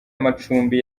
amacumbi